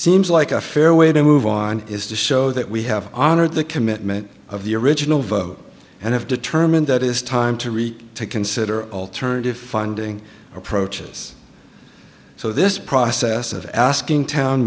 seems like a fair way to move on is to show that we have honored the commitment of the original vote and have determined that it is time to reek to consider alternative funding approaches so this process of asking town